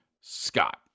Scott